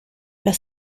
las